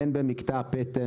בין אם במקטע פטם,